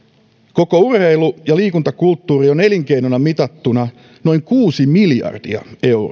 koko urheilu ja liikuntakulttuuri on elinkeinona mitattuna noin kuusi miljardia euroa